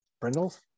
brindle's